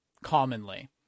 commonly